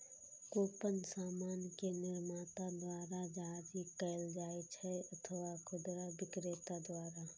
coupon सामान के निर्माता द्वारा जारी कैल जाइ छै अथवा खुदरा बिक्रेता द्वारा